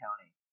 County